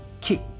kick